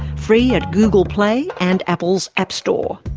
free at google play and apple's app store.